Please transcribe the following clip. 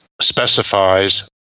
specifies